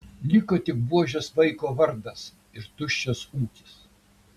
liko tik buožės vaiko vardas ir tuščias ūkis